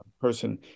person